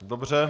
Dobře.